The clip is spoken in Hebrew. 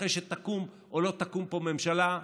אחרי שתקום או לא תקום פה ממשלה,